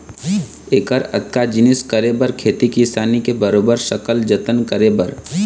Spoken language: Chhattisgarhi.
ऐकर अतका जिनिस करे बर खेती किसानी के बरोबर सकल जतन करे बर